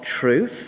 truth